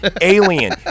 alien